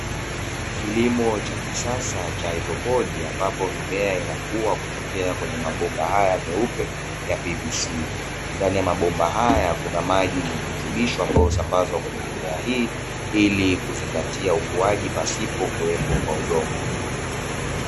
Kilimo cha kisasa cha haidroponi ambapo mimea inakua kutokea kwenye mabomba haya meupe ya "PVC". Ndani ya mabomba haya kuna maji yenye virutubisho ambayo husambazwa kwa mimea hii ili kuzingatia ukuaji, pasipo kuwepo kwa udongo.